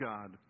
God